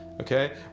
okay